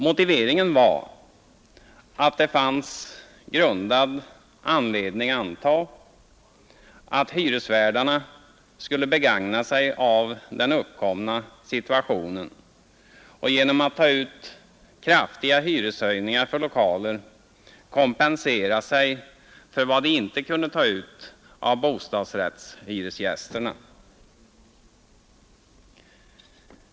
Motiveringen var att det fanns grundad anledning antaga att hyresvärdarna skulle begagna sig av den uppkomna situationen och genom att ta ut kraftiga hyreshöjningar för lokaler kompensera sig för vad de inte kunde ta ut av bostadshyresgästerna.